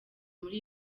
muri